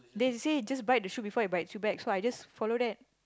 they say just bite the shoe before it bites you back so I just follow that